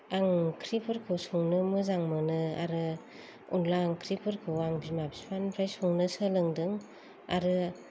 आं ओंख्रिफोरखौ संनो मोजां मोनो आरो अनद्ला ओंख्रिफोरखौ आं बिमा बिफानिफ्राय संनो सोलोंदों आरो